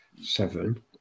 Seven